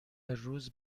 روز